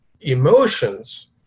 emotions